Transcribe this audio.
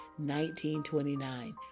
1929